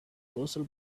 colossal